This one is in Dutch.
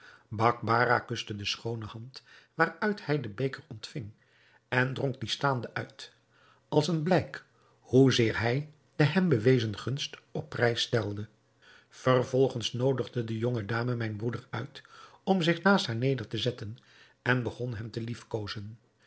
bakbarah kuste de schoone hand waaruit hij den beker ontving en dronk dien staande uit als een blijk hoezeer hij de hem bewezen gunst op prijs stelde vervolgens noodigde de jonge dame mijn broeder uit om zich naast haar neder te zetten en begon hem te